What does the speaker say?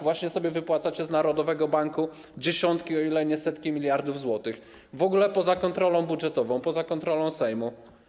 Właśnie sobie wypłacacie z narodowego banku dziesiątki, o ile nie setki miliardów złotych, w ogóle poza kontrolą budżetową, poza kontrolą Sejmu.